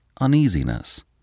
uneasiness